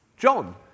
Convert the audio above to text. John